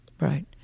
Right